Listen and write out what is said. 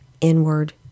inward